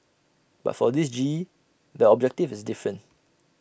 but for this G E the objective is different